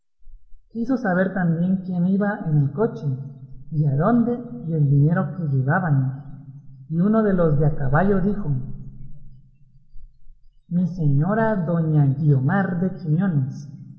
quiso saber también quién iba en el coche y adónde y el dinero que llevaban y uno de los de a caballo dijo mi señora doña guiomar de quiñones